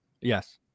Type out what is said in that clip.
Yes